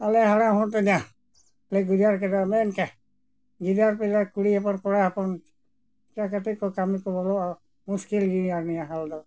ᱟᱞᱮ ᱦᱟᱲᱟᱢ ᱦᱚᱲᱫᱚ ᱞᱮ ᱜᱩᱡᱟᱨ ᱠᱮᱫᱟ ᱢᱮᱱᱠᱷᱟᱱ ᱜᱤᱫᱟᱹᱨ ᱯᱤᱫᱟᱹᱨ ᱠᱩᱲᱤ ᱦᱚᱯᱚᱱ ᱠᱚᱲᱟ ᱦᱚᱯᱚᱱ ᱪᱤᱠᱟᱹ ᱠᱟᱛᱮ ᱠᱚ ᱠᱟᱹᱢᱤ ᱠᱚ ᱵᱚᱞᱚᱜᱼᱟ ᱢᱩᱥᱠᱤᱞ ᱜᱮᱭᱟ ᱱᱤᱭᱟᱹ ᱦᱟᱞ ᱫᱚ